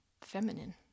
feminine